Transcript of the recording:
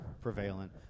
prevalent